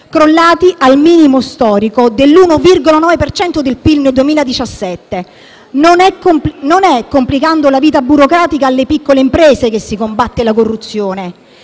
crollati al minimo storico dell'1,9 per cento del PIL nel 2017. Non è complicando la vita burocratica alle piccole imprese che si combatte la corruzione.